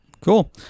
cool